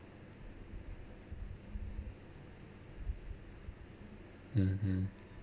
mm mm